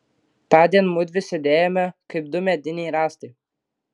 tądien mudvi sėdėjome kaip du mediniai rąstai